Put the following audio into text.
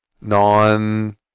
Non